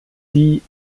die